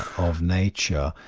of nature,